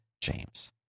James